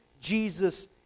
Jesus